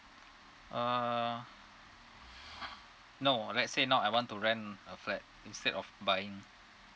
uh no let's say now I want to rent a flat instead of buying